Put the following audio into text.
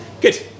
good